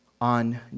on